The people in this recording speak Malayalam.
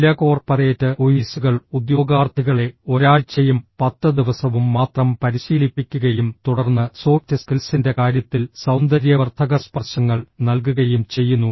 ചില കോർപ്പറേറ്റ് ഓഫീസുകൾ ഉദ്യോഗാർത്ഥികളെ ഒരാഴ്ചയും 10 ദിവസവും മാത്രം പരിശീലിപ്പിക്കുകയും തുടർന്ന് സോഫ്റ്റ് സ്കിൽസിന്റെ കാര്യത്തിൽ സൌന്ദര്യവർദ്ധക സ്പർശങ്ങൾ നൽകുകയും ചെയ്യുന്നു